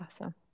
Awesome